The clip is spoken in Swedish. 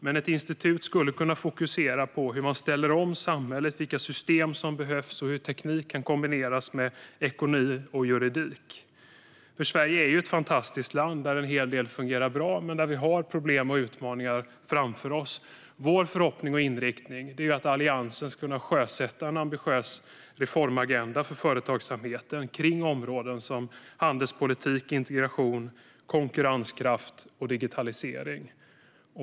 Men ett institut skulle kunna fokusera på hur man ställer om samhället, vilka system som behövs och hur teknik kan kombineras med ekonomi och juridik. Sverige är ett fantastiskt land, där en hel del fungerar bra. Men vi har problem och utmaningar framför oss. Vår förhoppning och inriktning är att Alliansen ska kunna sjösätta en ambitiös reformagenda för företagsamheten kring områden som handelspolitik, integration, konkurrenskraft och digitalisering.